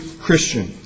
Christian